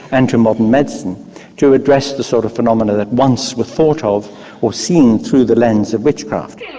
and to modern medicine to address the sort of phenomena that once were thought of or seen through the lens of witchcraft.